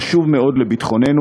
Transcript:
חשוב מאוד לביטחוננו,